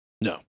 No